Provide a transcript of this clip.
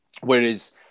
Whereas